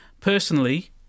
Personally